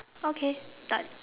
okay done